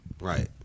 Right